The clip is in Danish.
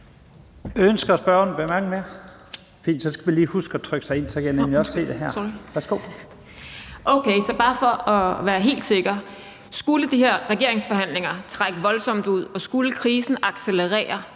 Skulle de her regeringsforhandlinger trække voldsomt ud, og skulle krisen accelerere